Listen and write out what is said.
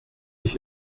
ich